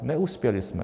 Neuspěli jsme.